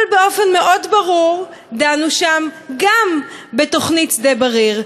אבל באופן מאוד ברור דנו שם גם בתוכנית שדה-בריר,